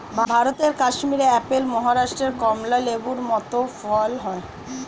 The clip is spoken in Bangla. ভারতের কাশ্মীরে আপেল, মহারাষ্ট্রে কমলা লেবুর মত ফল হয়